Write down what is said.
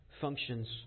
functions